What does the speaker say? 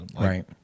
right